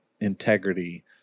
integrity